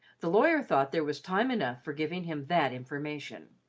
the lawyer thought there was time enough for giving him that information.